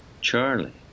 Charlie